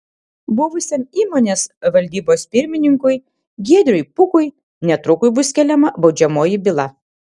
buvusiam įmonės valdybos pirmininkui giedriui pukui netrukus bus keliama baudžiamoji byla